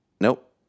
Nope